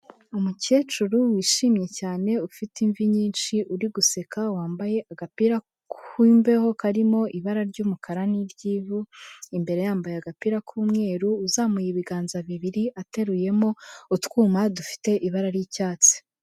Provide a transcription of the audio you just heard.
Umukecuru wishimye cyane ufite imvi nyinshi uri guseka wambaye agapira k'imbeho karimo ibara ry'umukara n'iryo ivu, imbere yambaye agapira k'umweru uzamuye ibiganza bibiri ateruyemo utwuma dufite ibara ry'icyatsi.